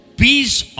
peace